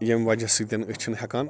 ییٚمہِ وجہ سۭتۍ أسی چھِ نہٕ ہیٚکان